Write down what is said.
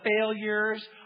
failures